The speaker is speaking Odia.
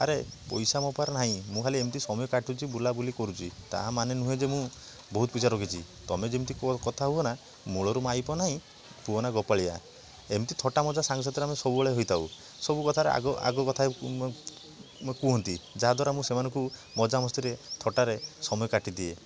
ଆରେ ପଇସା ମୋ ପାଖରେ ନାହିଁ ମୁଁ ଖାଲି ଏମିତ ସମୟ କାଟୁଛି ବୁଲାବୁଲି କରୁଛି ତାମାନେ ନୁହେଁ ଯେ ମୁଁ ବହୁତ ପଇସା ରଖିଛି ତମେ ଯେମିତି କୁହ କଥାହୁଅ ନା ମୂଳରୁ ମାଇପ ନାହିଁ ପୁଅ ନାଁ ଗୋପାଳିଆ ଏମିତି ଥଟାମଜା ସାଙ୍ଗସାଥିରେ ଆମେ ସବୁବେଳେ ହୋଇଥାଉ ସବୁକଥାରେ ଆଗ ଆଗକଥା କୁହନ୍ତି ଯାହାଦ୍ୱାରା ମୁଁ ସେମାନଙ୍କୁ ମଜାମସ୍ତିରେ ଥଟ୍ଟାରେ ସମୟ କାଟିଦିଏ